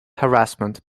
harassment